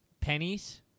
Pennies